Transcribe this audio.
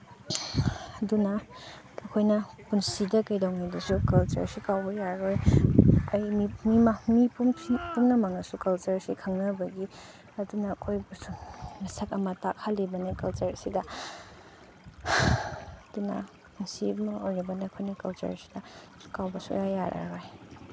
ꯑꯗꯨꯅ ꯑꯈꯣꯏꯅ ꯄꯨꯟꯁꯤꯗ ꯀꯩꯗꯧꯅꯨꯡꯗꯁꯨ ꯀꯜꯆꯔꯁꯦ ꯀꯥꯎꯕ ꯌꯥꯔꯣꯏ ꯑꯩ ꯃꯤ ꯄꯨꯝꯅꯃꯛꯅꯁꯨ ꯀꯜꯆꯔꯁꯦ ꯈꯪꯅꯕꯒꯤ ꯑꯗꯨꯅ ꯑꯩꯈꯣꯏꯕꯨꯁꯨ ꯃꯁꯛ ꯑꯃ ꯇꯥꯛꯍꯜꯂꯤꯕꯅꯦ ꯀꯜꯆꯔ ꯑꯁꯤꯗ ꯑꯗꯨꯅ ꯃꯁꯤ ꯑꯃ ꯑꯣꯏꯔꯕꯅ ꯑꯈꯣꯏꯅ ꯀꯜꯆꯔꯁꯤꯅ ꯀꯥꯎꯕ ꯁꯨꯡꯌꯥ ꯌꯥꯔꯔꯣꯏ